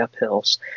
uphills